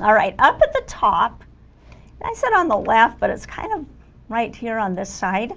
ah right up at the top and i said on the left but it's kind of right here on this side